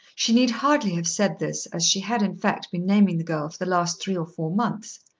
she need hardly have said this as she had in fact been naming the girl for the last three or four months.